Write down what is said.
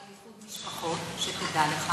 ברצוני לשאול את חברת הכנסת גרמן: